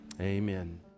Amen